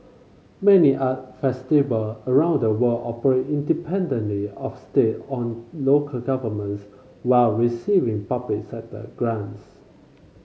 many art festival around the world operate independently of state or local governments while receiving public sector grants